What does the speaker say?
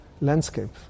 landscape